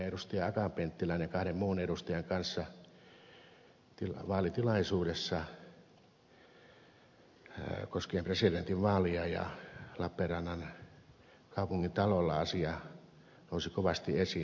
akaan penttilän ja kahden muun edustajan kanssa vaalitilaisuudessa koskien presidentin vaalia ja lappeenrannan kaupungintalolla asia nousi kovasti esiin